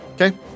Okay